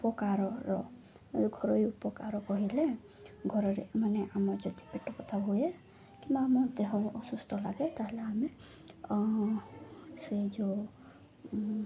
ଉପକାରର ଘରୋଇ ଉପକାର କହିଲେ ଘରରେ ମାନେ ଆମର ଯଦି ପେଟ କଥା ହୁଏ କିମ୍ବା ଆମ ଦେହ ଅସୁସ୍ଥ ଲାଗେ ତା'ହେଲେ ଆମେ ସେ ଯେଉଁ